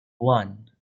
one